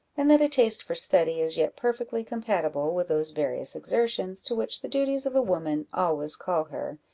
and that a taste for study is yet perfectly compatible with those various exertions to which the duties of a woman always call her,